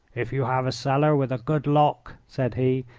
if you have a cellar with a good lock, said he,